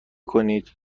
کنید